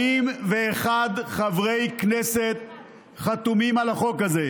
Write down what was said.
41 חברי כנסת חתומים על החוק הזה,